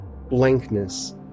blankness